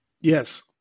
Yes